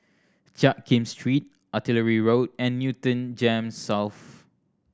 Jiak Kim Street Artillery Road and Newton GEMS South